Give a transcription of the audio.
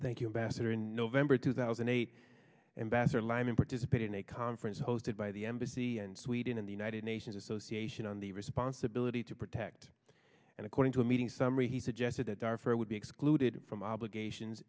thank you bassett are in november two thousand and eight and bats are lining participate in a conference hosted by the embassy and sweden in the united nations association on the responsibility to protect and according to a meeting summary he suggested that our fair would be excluded from obligations